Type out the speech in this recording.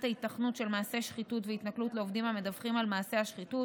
ההיתכנות של מעשי שחיתות והתנכלות לעובדים המדווחים על מעשה השחיתות,